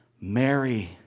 Mary